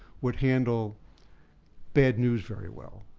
would handle bad news very well.